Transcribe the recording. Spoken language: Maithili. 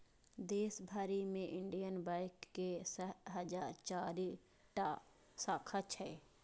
देश भरि मे इंडियन बैंक के छह हजार चारि टा शाखा छै